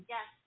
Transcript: Yes